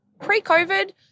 pre-COVID